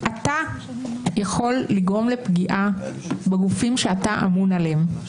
אתה יכול לגרום לפגיעה בגופים שאתה אמון עליהם.